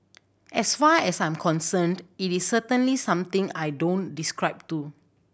as far as I'm concerned it is certainly something I don't describe to